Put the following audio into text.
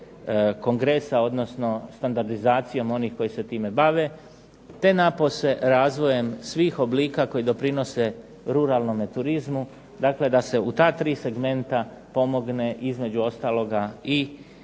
kongresa, odnosno standardizacijom onih koji se time bave, te napose razvojem svih oblika koji doprinose ruralnome turizmu, dakle da se u ta tri segmenta pomogne između ostaloga i